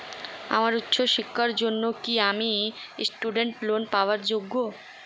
আমার উচ্চ শিক্ষার জন্য কি আমি স্টুডেন্ট লোন পাওয়ার যোগ্য?